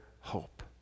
hope